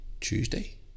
Tuesday